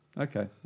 Okay